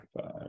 five